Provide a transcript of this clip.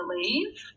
believe